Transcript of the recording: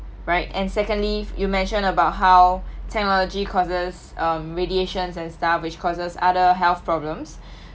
right and secondly you mentioned about how technology causes um radiations and stuff which causes other health problems